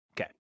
Okay